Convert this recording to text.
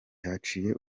haciye